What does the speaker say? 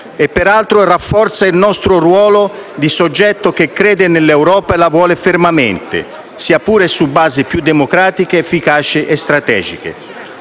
e, peraltro, rafforza il nostro ruolo di soggetto che crede nell'Europa e la vuole fermamente, sia pure su basi più democratiche, efficaci e strategiche.